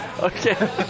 Okay